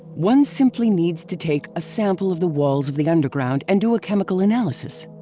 one simply needs to take a sample of the walls of the underground and do a chemical analysis.